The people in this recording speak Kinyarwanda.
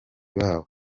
babo